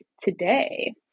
today